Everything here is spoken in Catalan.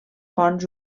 fonts